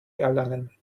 erlangen